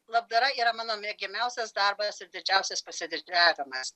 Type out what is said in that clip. labdara yra mano mėgiamiausias darbas ir didžiausias pasididžiavimas